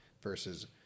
versus